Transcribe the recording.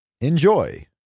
Enjoy